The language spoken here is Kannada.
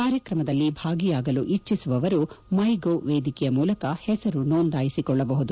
ಕಾರ್ಯತ್ರಮದಲ್ಲಿ ಭಾಗಿಯಾಗಲು ಇಚ್ಛಿಸುವವರು ಮೈ ಗವ್ ವೇದಿಕೆಯ ಮೂಲಕ ಹೆಸರು ನೋಂದಾಯಿಸಿಕೊಳ್ಳಬಹುದು